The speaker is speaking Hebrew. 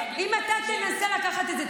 אם אתה תנסה לקחת את זה,